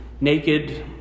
naked